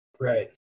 right